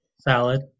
Salad